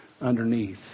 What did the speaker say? underneath